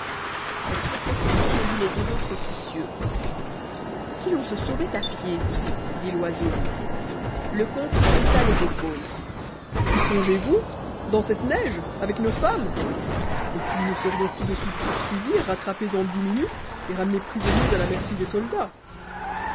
cette réflexion rendit les deux autres soucieux si l'on se sauvait à pied dit loiseau le comte haussa les épaules y songez-vous dans cette neige avec nos femmes et puis nous serions tout de suite poursuivis rattrapés en dix minutes et ramenés prisonniers à la merci des soldats